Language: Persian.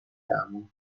عمو